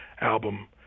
album